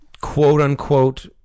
quote-unquote